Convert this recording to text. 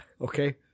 Okay